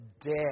dead